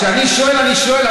כשאני שואל אני שואל,